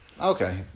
Okay